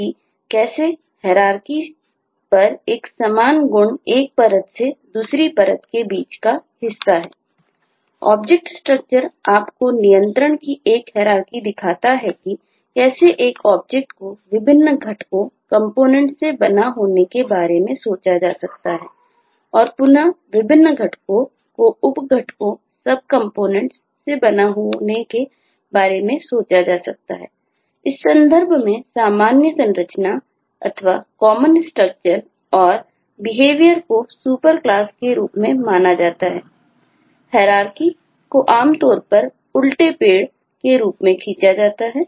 कि कैसे एक ऑब्जेक्ट के रूप में खींचा जाता है